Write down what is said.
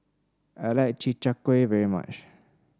I like Chi Kak Kuih very much